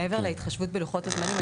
מעבר להתחשבות בלוחות הזמנים,